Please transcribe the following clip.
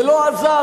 ולא עזר,